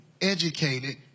educated